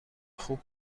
خوب